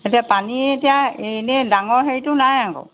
এতিয়া পানী এতিয়া এনেই ডাঙৰ হেৰিটো নাই আকৌ